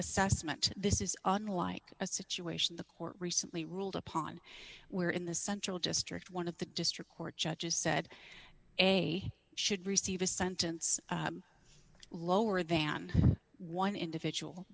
assessment this is unlike a situation the court recently ruled upon where in the central district one of the district court judges said a should receive a sentence lower than one individual